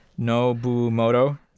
Nobumoto